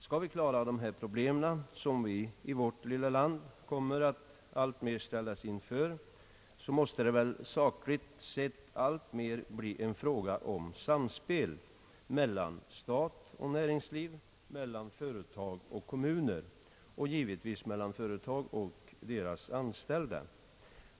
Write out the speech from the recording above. Skall vi klara dessa problem som vi alltmer kommer att ställas inför i vårt lilla land, måste det sakligt sett alltmer bli en fråga om samspel mellan stat och näringsliv, mellan företag och kommuner och givetvis mellan företag och deras anställda.